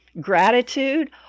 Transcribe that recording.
gratitude